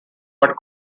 but